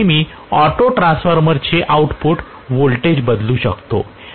मी नेहमी ऑटोट्रान्सफॉर्मरचे output voltage बदलू शकतो